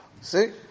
See